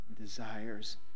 desires